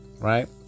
Right